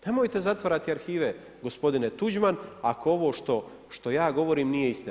Nemojte zatvarati arhive gospodine Tuđman, ako ovo što ja govorim nije istina.